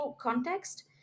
context